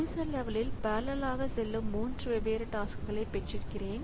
user லெவலில் பெரலல்லாக செல்லும் 3 வெவ்வேறு டாஸ்க்களை பெற்றிருக்கிறேன்